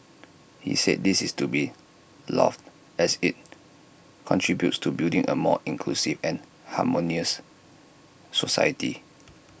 he said this is to be lauded as IT contributes to building A more inclusive and harmonious society